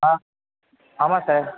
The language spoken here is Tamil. ஆ ஆமாம் சார்